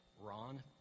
Ron